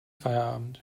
feierabend